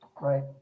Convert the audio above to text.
Right